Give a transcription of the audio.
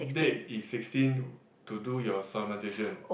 date is sixteen to do your solemnisation